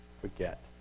forget